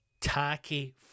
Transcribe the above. tacky